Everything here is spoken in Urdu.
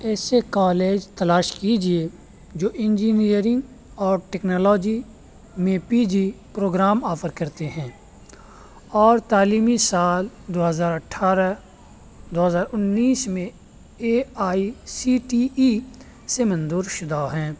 ایسے کالج تلاش کیجیے جو انجینئرنگ اور ٹیکنالوجی میں پی جی پروگرام آفر کرتے ہیں اور تعلیمی سال دو ہزار اٹھارہ دو ہزار انیس میں A I C T E سے منظور شدہ ہیں